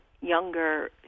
younger